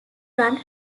run